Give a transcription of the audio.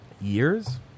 Years